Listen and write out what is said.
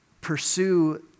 pursue